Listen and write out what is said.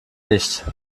nicht